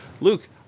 luke